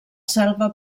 selva